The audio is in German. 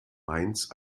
mainz